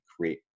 create